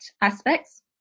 aspects